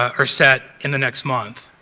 are set in the next month.